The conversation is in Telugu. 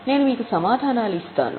నేను మీకు సమాధానాలు ఇస్తాను